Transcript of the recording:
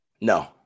No